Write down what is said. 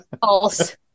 false